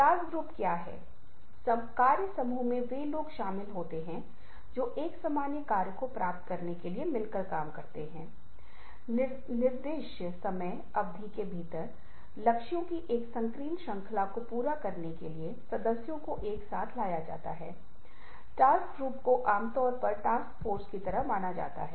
text शुरुवात में कहें की ध्वनि के साथ पाठ एक स्तर है ध्वनियों और चित्रों के साथ पाठ दूसरा ध्वनियों के साथ पाठ चित्र संगीत तीसरा स्तर है ध्वनियों छवियों संगीत और अन्तरक्रियाशीलता के साथ पाठ और हमारे पास मल्टीमीडिया की समग्रता है